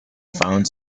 found